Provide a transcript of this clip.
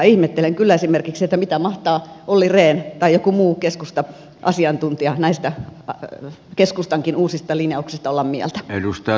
ihmettelen kyllä mitä mahtaa esimerkiksi olli rehn tai joku muu keskusta asiantuntija näistä keskustankin uusista linjauksista olla mieltä